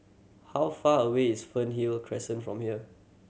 how far away is Fernhill Crescent from here